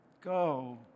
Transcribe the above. Go